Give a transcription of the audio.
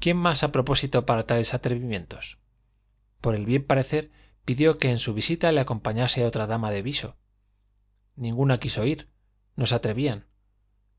quién más a propósito para tales atrevimientos por el bien parecer pidió que en su visita le acompañase otra dama de viso ninguna quiso ir no se atrevían